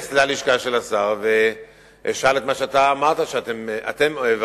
ללשכה של השר ואשאל על מה שאמרת שהעברתם,